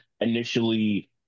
initially